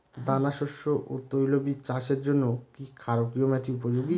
দানাশস্য ও তৈলবীজ চাষের জন্য কি ক্ষারকীয় মাটি উপযোগী?